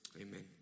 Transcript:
Amen